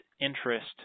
interest